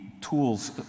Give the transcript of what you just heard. tools